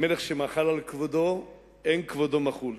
מלך שמחל על כבודו, אין כבודו מחול.